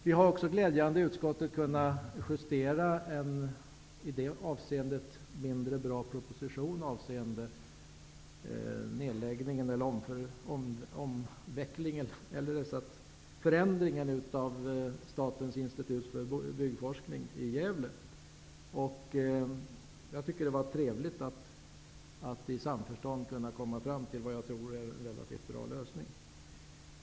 Glädjande nog har vi också i utskottet kunnat justera en mindre bra proposition avseende förändringen av Statens institut för byggforskning i Gävle. Jag tycker att det var trevligt att vi i samförstånd kunde komma fram till vad jag tror är en relativt bra lösning.